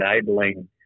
enabling